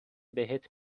بهت